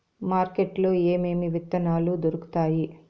market లో ఏమేమి విత్తనాలు దొరుకుతాయి